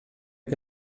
que